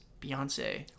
Beyonce